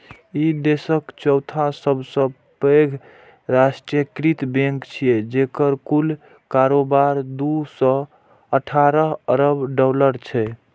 ई देशक चौथा सबसं पैघ राष्ट्रीयकृत बैंक छियै, जेकर कुल कारोबार दू सय अठारह अरब डॉलर छै